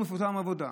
הוא מפוטר מהעבודה.